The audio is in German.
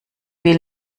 will